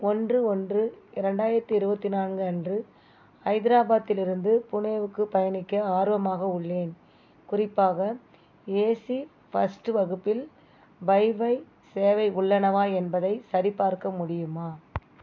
ஒன்று ஒன்று இரண்டாயிரத்து இருபத்தி நான்கு அன்று ஹைதராபாத்திலிருந்து புனேவுக்கு பயணிக்க ஆர்வமாக உள்ளேன் குறிப்பாக ஏசி ஃபர்ஸ்ட் வகுப்பில் வைஃபை சேவை உள்ளனவா என்பதைச் சரிபார்க்க முடியுமா